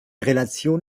relation